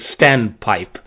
standpipe